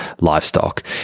livestock